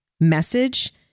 message